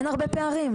אין הרבה פערים,